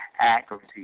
accuracy